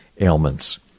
ailments